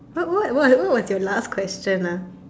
what what what what was your last question ah